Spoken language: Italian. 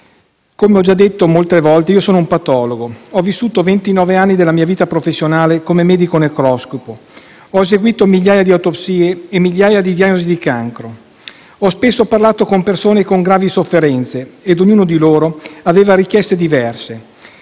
Come ho detto molte volte, sono un patologo. Ho vissuto ventinove anni della mia vita professionale come medico necroscopo: ho eseguito migliaia di autopsie e migliaia di diagnosi di cancro. Ho spesso parlato con persone con gravi sofferenze e ognuno di loro aveva richieste diverse: